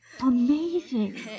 amazing